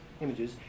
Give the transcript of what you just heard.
images